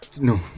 no